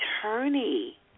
attorney